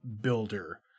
builder